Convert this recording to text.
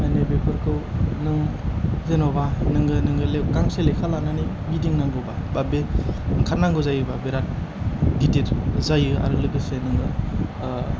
माने बेफोरखौ नों जेनबा नोङो नोङो गांसे लेखा लानानै गिदिंनांगौबा बा बे ओंखारनांगौ जायोबा बिराद गिदित जायो आरो लोगोसे नोङो